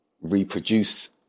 reproduce